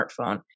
smartphone